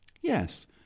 Yes